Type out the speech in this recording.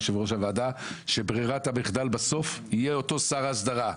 יושב-ראש הוועדה שברירת המחדל בסוף תהיה אותו שר אסדרה,